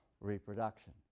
reproduction